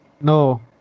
No